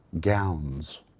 gowns